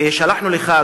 ושלחנו לך,